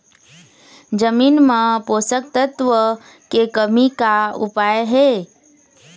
जमीन म पोषकतत्व के कमी का उपाय हे?